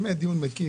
באמת דיון מקיף